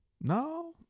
No